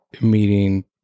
meeting